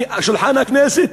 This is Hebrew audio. לשולחן הכנסת.